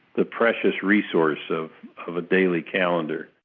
the precious resource so of a daily calendar.